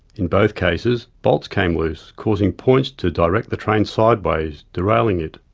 in both cases, bolts came loose, causing points to direct the train sideways, derailing it.